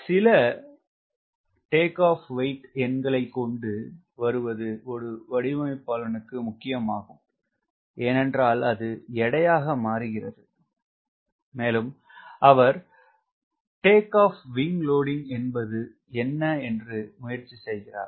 சில WTO எண்களை கொண்டு வருவது ஒரு வடிவமைப்பாளனுக்கு முக்கியம் ஆகும் ஏனென்றால் அது எடை ஆக மாறுகிறது மேலும் அவர் என்பது என்ன என்று முயற்சி செய்கிறார்